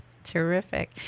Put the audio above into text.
Terrific